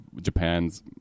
Japan's